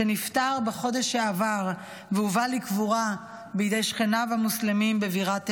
שנפטר בחודש שעבר והובא לקבורה בידי שכניו המוסלמים בבירת תימן.